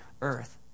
earth